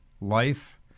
life